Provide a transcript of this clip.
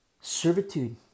servitude